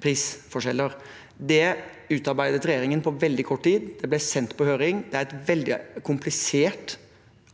på høring. Det utarbeidet regjeringen på veldig kort tid, og det ble sendt på høring. Det er et veldig komplisert